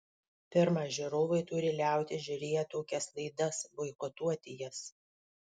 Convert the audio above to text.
pirma žiūrovai turi liautis žiūrėję tokias laidas boikotuoti jas